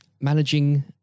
managing